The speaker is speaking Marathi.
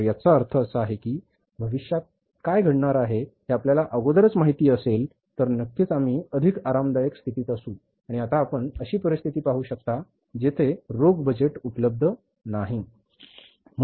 तर याचा अर्थ असा आहे की भविष्यात काय घडणार आहे हे आपल्याला अगोदरच माहित असेल तर नक्कीच आम्ही अधिक आरामदायक स्थितीत असू आणि आता आपण अशी परिस्थिती पाहू शकता जेथे उदाहरणार्थ रोख बजेट उपलब्ध नाही